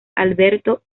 alberto